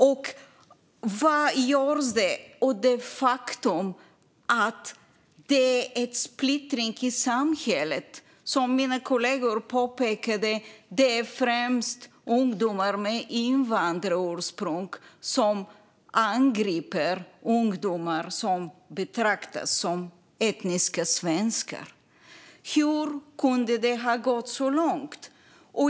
Och vad görs åt det faktum att det finns en splittring i samhället? Som mina kollegor påpekade är det främst ungdomar med invandrarursprung som angriper ungdomar som betraktas som etniska svenskar. Hur kan det ha gått så långt?